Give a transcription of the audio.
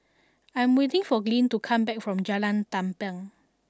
I am waiting for Glynn to come back from Jalan Tampang